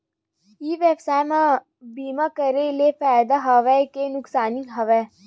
ई व्यवसाय म बीमा करे ले फ़ायदा हवय के नुकसान हवय?